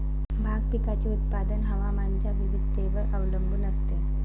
भाग पिकाचे उत्पादन हवामानाच्या विविधतेवर अवलंबून असते